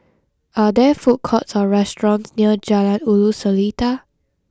are there food courts or restaurants near Jalan Ulu Seletar